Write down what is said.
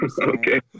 Okay